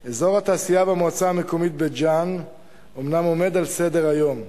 נפאע: אזור התעשייה במועצה המקומית בית-ג'ן אומנם עומד על סדר-היום,